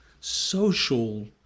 social